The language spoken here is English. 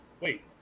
wait